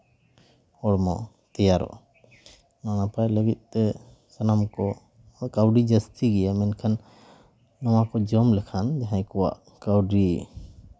ᱦᱚᱲᱢᱚ ᱛᱮᱭᱟᱨᱚᱜᱼᱟ ᱱᱟᱯᱟᱭ ᱞᱟᱹᱜᱤᱫ ᱛᱮ ᱥᱟᱱᱟᱢ ᱠᱚ ᱠᱟᱹᱣᱰᱤ ᱡᱟᱹᱥᱛᱤ ᱜᱮᱭᱟ ᱢᱮᱱᱠᱷᱟᱱ ᱱᱚᱣᱟ ᱠᱚ ᱡᱚᱢ ᱞᱮᱠᱷᱟᱱ ᱡᱟᱦᱟᱸᱭ ᱠᱚᱣᱟᱜ ᱠᱟᱹᱣᱰᱤ